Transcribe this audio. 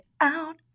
out